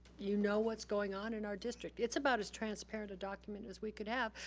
you know what's going on in our district. it's about as transparent a document as we could have,